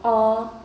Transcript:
!aww!